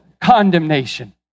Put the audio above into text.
condemnation